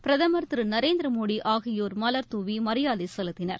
பிரதமர் திரு நரேந்திர மோடி ஆகியோர் மலர் தூவி மரியாதை செலுத்தினர்